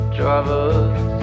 drivers